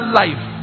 life